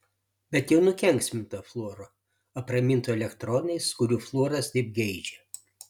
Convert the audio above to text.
bet jau nukenksminto fluoro apraminto elektronais kurių fluoras taip geidžia